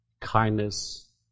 kindness